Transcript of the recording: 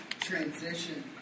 transition